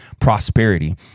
prosperity